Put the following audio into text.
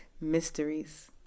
Mysteries